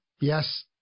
Yes